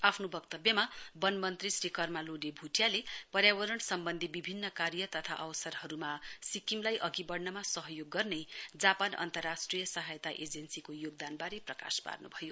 आफ्नो वक्तव्यमा बन मन्त्री श्री कर्मा लोडे भुटियाले पर्यावरण सम्वन्धी विभिन्न कार्य तथा अवसरहरूमा सिक्किमलाई अधि बढ़नमा सहयोग गर्ने जापान अन्तराष्ट्रिय सहायता एजेन्सी को योगदानबारे प्रकाश पार्न्भयो